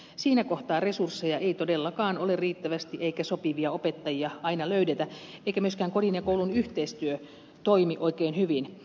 siinä kohtaa resursseja ei todellakaan ole riittävästi eikä sopivia opettajia aina löydetä eikä myöskään kodin ja koulun yhteistyö toimi oikein hyvin